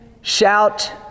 Shout